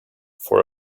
for